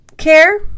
care